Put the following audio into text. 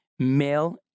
Male